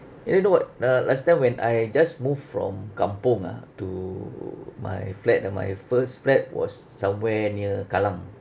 you know ah uh last time when I just move from kampung ah to my flat ah my first flat was somewhere near kallang